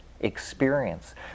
Experience